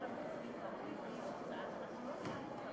רע"ם-תע"ל-מד"ע ובל"ד לא התקבלה.